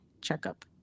checkup